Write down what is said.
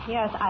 Yes